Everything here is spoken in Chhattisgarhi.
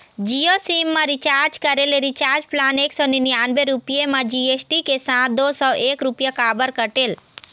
जियो सिम मा रिचार्ज करे ले रिचार्ज प्लान एक सौ निन्यानबे रुपए मा जी.एस.टी के साथ दो सौ एक रुपया काबर कटेल?